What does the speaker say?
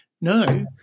no